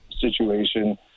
situation